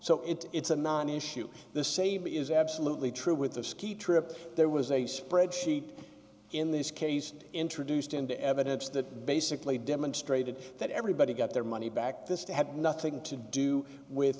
so it's a non issue the same is absolutely true with the ski trip there was a spreadsheet in this case introduced into evidence that basically demonstrated that everybody got their money back this had nothing to do with